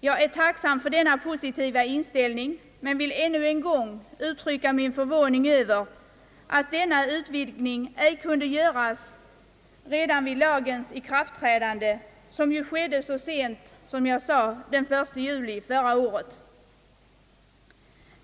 Jag är tacksam för denna positiva inställning men vill ännu en gång uttrycka min förvåning över att denna utvidgning ej kunde göras redan vid lagens ikraftträdande, vilket ju — som jag nämnde — skedde så sent som den 1 juli förra året.